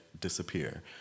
disappear